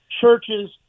churches